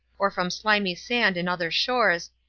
or from slimy sand in other shores,